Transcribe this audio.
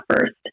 first